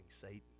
Satan